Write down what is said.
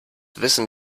wissen